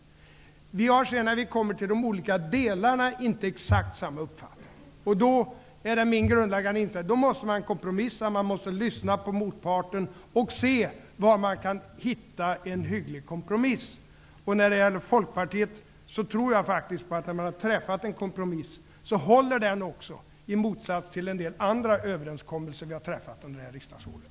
Vi har sedan, när vi kommer till de olika delarna, inte exakt samma uppfattning. Då är det min grundläggande inställning att man måste kompromissa. Man måste lyssna på motparten och se var man kan hitta en hygglig kompromiss. När man har träffat en kompromiss med Folkpartiet tror jag faktiskt också att den håller, i motsats till en del andra överenskommelser som vi har träffat under det här riksdagsåret.